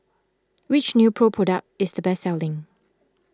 which Nepro product is the best selling